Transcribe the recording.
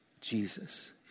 Jesus